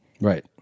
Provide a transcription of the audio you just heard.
Right